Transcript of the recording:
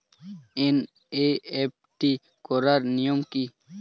NEFT করার নিয়ম কী?